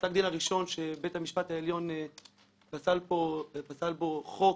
פסק הדין הראשון שבית המשפט העליון פסל בו חוק